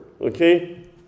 okay